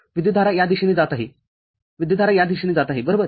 विद्युतधारा या दिशेने जात आहे विद्युतधारा या दिशेने जात आहे बरोबर